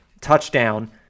touchdown